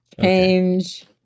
Change